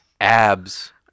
Abs